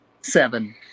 Seven